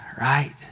right